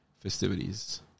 festivities